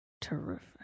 terrific